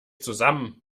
zusammen